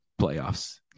playoffs